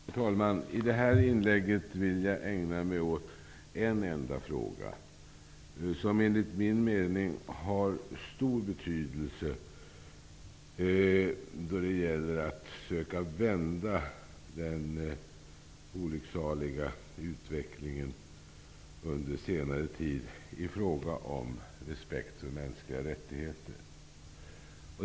Herr talman! I detta inlägg vill jag ägna mig åt en enda fråga, som enligt min mening har stor betydelse då det gäller att söka vända den olycksaliga utvecklingen under senare tid i fråga om respekten för mänskliga rättigheter.